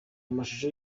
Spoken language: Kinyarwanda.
amashusho